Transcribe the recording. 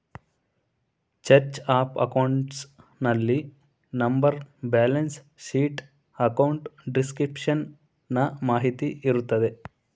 chart of accounts ನಲ್ಲಿ number, balance sheet, account description ನ ಮಾಹಿತಿ ಇರುತ್ತದೆ